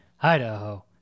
Idaho